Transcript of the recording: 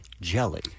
jelly